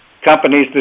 companies